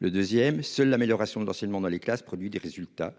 Le 2ème, l'amélioration de l'enseignement dans les classes produit des résultats